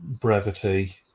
brevity